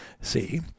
see